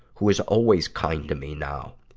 who is always kind to me now.